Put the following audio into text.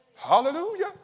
Hallelujah